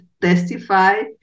testify